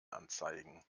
anzeigen